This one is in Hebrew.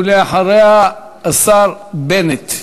ולאחריה, השר בנט.